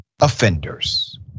offenders